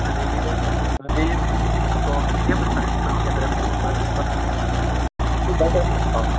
नादेगेन आनी तातो हे हांव घेतले मेळटाय तुका